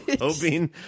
hoping